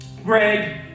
Greg